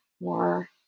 more